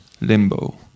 limbo